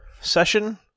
session